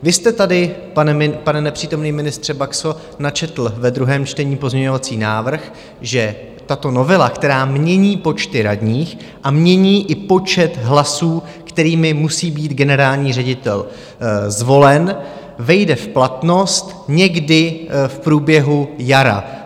Vy jste tady, pane nepřítomný ministře Baxo, načetl ve druhém čtení pozměňovací návrh, že tato novela, která mění počty radních a mění i počet hlasů, kterými musí být generální ředitel zvolen, vejde v platnost někdy v průběhu jara.